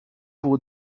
pour